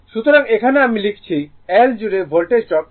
সুতরাং এখানে আমি লিখছি L জুড়ে ভোল্টেজ ড্রপ 3961 ভোল্ট